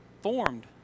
formed